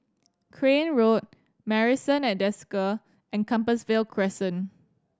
Crane Road Marrison at Desker and Compassvale Crescent